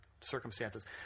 circumstances